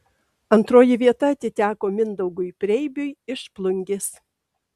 antroji vieta atiteko mindaugui preibiui iš plungės